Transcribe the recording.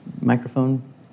microphone